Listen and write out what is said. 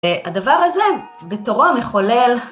הדבר הזה בתורו מחולל.